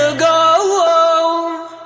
so go